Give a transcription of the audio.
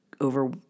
over